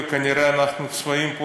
וכנראה אנחנו צפויים פה,